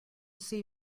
see